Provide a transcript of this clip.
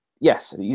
yes